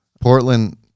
Portland